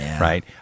right